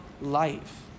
life